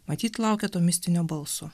matyt laukė to mistinio balso